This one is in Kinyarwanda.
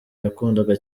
yakundaga